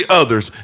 others